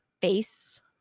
face